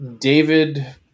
David